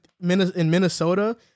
Minnesota